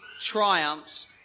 triumphs